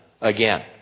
again